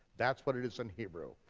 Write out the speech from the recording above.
that's what it is in hebrew,